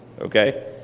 okay